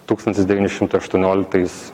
tūkstantis devyni šimtai aštuonioliktais